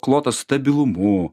klotas stabilumu